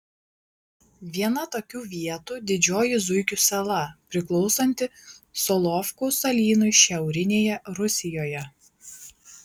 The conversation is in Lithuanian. viena tokių vietų didžioji zuikių sala priklausanti solovkų salynui šiaurinėje rusijoje